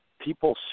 people